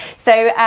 so,